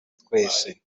twese